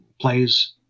plays